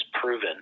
proven